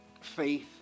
faith